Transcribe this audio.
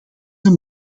een